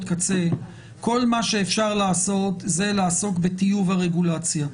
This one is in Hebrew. קצה כל מה שאפשר לעשות זה לעסוק בטיוב הרגולציה.